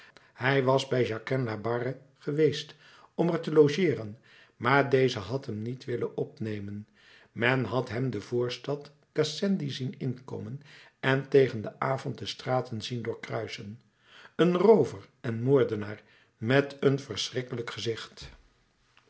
hij was bij jacquin labarre geweest om er te logeeren maar deze had hem niet willen opnemen men had hem de voorstad gassendi zien inkomen en tegen den avond de straten zien doorkruisen een roover en moordenaar met een verschrikkelijk gezicht